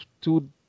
two